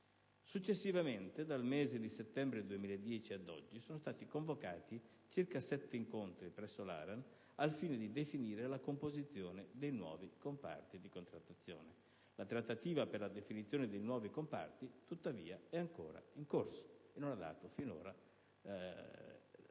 Successivamente, dal mese di settembre 2010 ad oggi, sono stati convocati circa sette incontri presso l'ARAN al fine di definire la composizione dei nuovi comparti di contrattazione. La trattativa per la definizione dei nuovi comparti, tuttavia, è ancora in corso e non ha dato, finora, alcun esito.